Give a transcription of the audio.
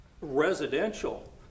residential